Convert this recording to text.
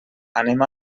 anem